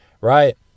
Right